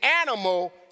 animal